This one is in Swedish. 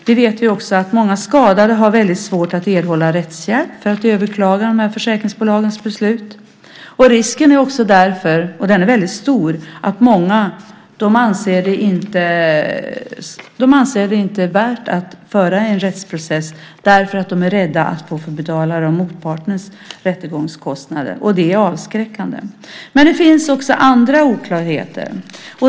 Vi vet att många skadade har väldigt svårt att erhålla rättshjälp för att överklaga försäkringsbolagens beslut. Risken är väldigt stor att många inte anser det värt att föra en rättsprocess, därför att de är rädda att få betala motpartens rättegångskostnader. Det är avskräckande. Men det finns också andra oklarheter.